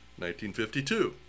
1952